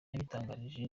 yabitangarijwe